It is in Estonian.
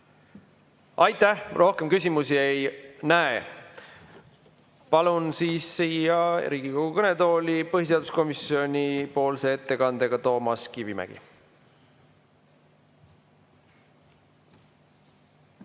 Aitäh! Rohkem küsimusi ei näe. Palun Riigikogu kõnetooli põhiseaduskomisjoni ettekandega Toomas Kivimägi.